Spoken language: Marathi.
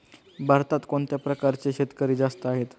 भारतात कोणत्या प्रकारचे शेतकरी जास्त आहेत?